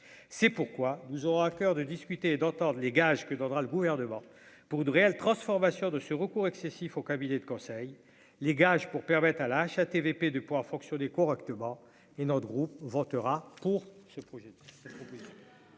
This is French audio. c'est pourquoi nous aurons à coeur de discuter et d'entendre les gages que donnera le gouvernement pour de réelle transformation de ce recours excessif au cabinet de conseil les gages pour permettre à la HATVP de pouvoir fonctionner correctement et notre groupe votera pour ce projet.